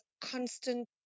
constant